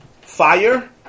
fire